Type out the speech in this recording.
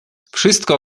wszystko